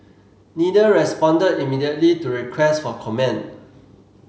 neither responded immediately to requests for comment